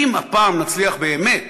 אם הפעם נצליח באמת